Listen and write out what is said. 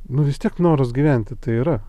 nu vis tiek noras gyventi tai yra